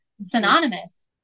synonymous